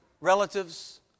relatives